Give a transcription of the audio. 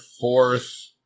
fourth